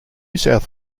south